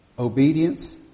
Obedience